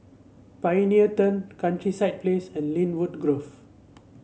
Pioneer Turn Countryside Place and Lynwood Grove